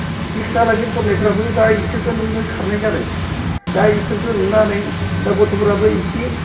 सिक्सहालागै फरायनायफ्राबो दा इसोरखो नुयै नुयै खारनाय जादों दा इफोरखो नुनानै दा गथ'फोराबो एसे